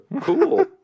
Cool